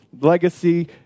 legacy